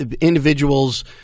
individuals